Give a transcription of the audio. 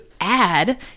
add